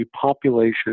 population